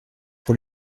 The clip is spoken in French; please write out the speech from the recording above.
pour